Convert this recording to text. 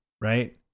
right